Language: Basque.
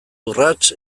urrats